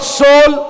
soul